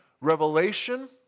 revelation